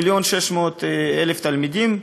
מיליון ו-600,000 תלמידים,